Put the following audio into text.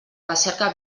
recerca